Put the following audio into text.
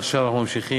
עכשיו אנחנו ממשיכים,